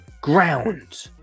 Ground